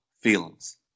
feelings